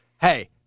hey